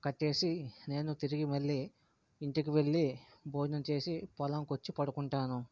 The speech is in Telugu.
కట్టేసి నేను తిరిగి మళ్ళీ ఇంటికి వెళ్ళీ భోజనం చేసి పొలంకి వచ్చి పడుకుంటాను